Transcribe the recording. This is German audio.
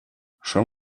schon